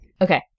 okay